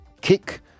kick